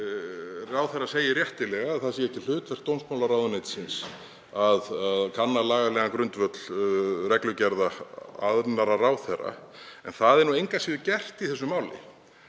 Ráðherra segir réttilega að það sé ekki hlutverk dómsmálaráðuneytisins að kanna lagalegan grundvöll reglugerða annarra ráðherra, en það er engu að síður gert í þessu máli.